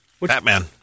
Batman